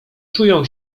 czują